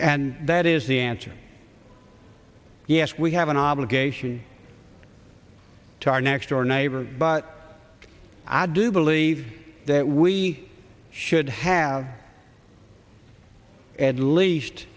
and that is the answer yes we have an obligation to our next door neighbor but i do believe that we should have at least